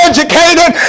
educated